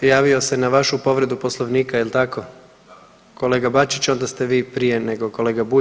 Javio se na vašu povredu Poslovnika jel tako kolega Bačić onda ste vi prije nego kolega Bulj.